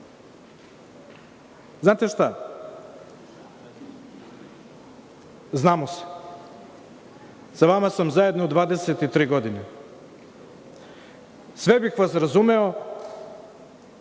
šta, znamo se. Sa vama sam zajedno 23 godine. Sve bih vas razumeo